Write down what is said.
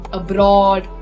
abroad